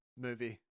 movie